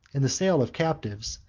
in the sale of captives,